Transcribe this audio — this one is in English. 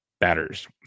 batters